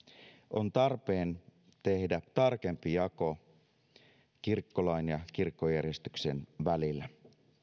on tarpeen tehdä tarkempi jako kirkkolain ja kirkkojärjestyksen välillä